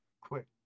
Quick